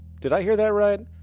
did i hear that right?